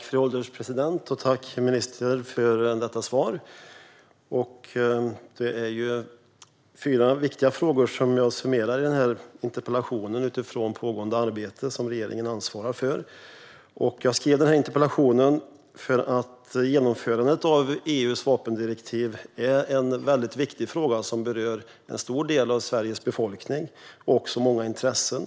Fru ålderspresident! Tack för svaret, ministern! Det är fyra viktiga frågor som jag, utifrån pågående arbete som regeringen ansvarar för, summerar i min interpellation. Jag skrev interpellationen eftersom genomförandet av EU:s vapendirektiv är en väldigt viktig fråga som berör en stor del av Sveriges befolkning och även många intressen.